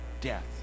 death